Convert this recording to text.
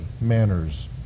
manners